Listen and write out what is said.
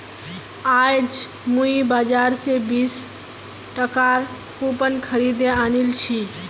आज मुई बाजार स बीस टकार कूपन खरीदे आनिल छि